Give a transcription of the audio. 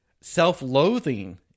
Self-loathing